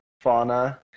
Fauna